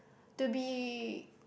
to be